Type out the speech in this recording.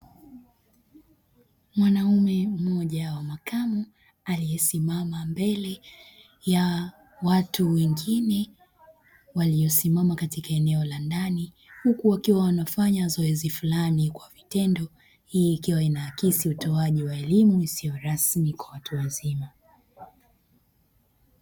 Mwanaume mmoja wa makamo, aliyesimama mbele ya watu wengine waliosimama katika eneo la ndani, huku wakiwa wanafanya zoezi fulani kwa vitendo; hii ikiwa inaakisi utoaji wa elimu isiyo rasmi kwa watu wazima.